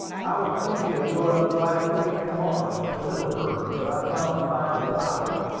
i was thinking of going up black creek to-morrow, to middleburg but i cannot find a pilot.